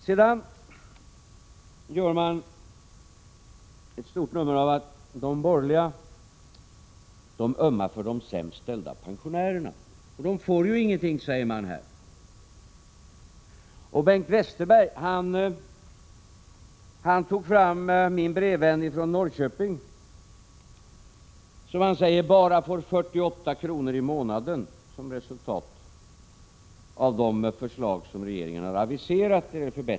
Sedan gör man ett stort nummer av att de borgerliga ömmar för de sämst ställda pensionärerna. De får ingenting, säger man. Och Bengt Westerberg sade att min brevvän från Norrköping bara får en förbättring av sin pension med 48 kr. i månaden som resultat av de förslag som regeringen har aviserat.